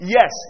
Yes